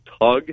tug